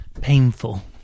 painful